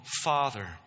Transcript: father